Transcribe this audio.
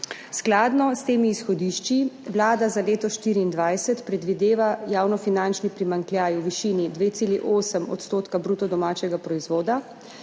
Skladno s temi izhodišči vlada za leto 2024 predvideva javnofinančni primanjkljaj v višini 2,8 % bruto domačega proizvoda,